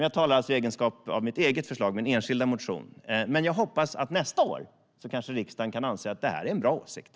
Jag talar alltså om mitt eget förslag, min enskilda motion, men jag hoppas att riksdagen nästa år anser att det är en bra åsikt.